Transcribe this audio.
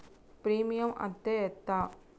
Premium అత్తే ఎంత?